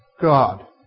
God